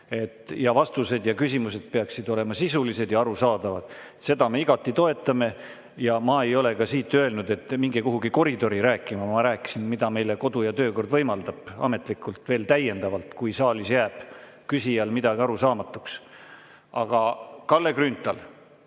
Vastused ja küsimused peaksid olema sisulised ja arusaadavad. Seda me igati toetame. Ma ei ole ka siit öelnud, et minge kuhugi koridori rääkima, ma rääkisin, mida kodu‑ ja töökord võimaldab ametlikult veel täiendavalt, kui saalis jääb küsijale midagi arusaamatuks. Aga Kalle Grünthal,